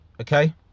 okay